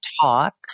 Talk